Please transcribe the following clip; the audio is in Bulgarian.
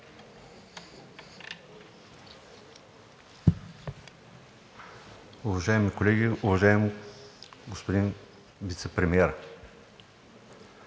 Уважаеми колеги, уважаеми господин Вицепремиер!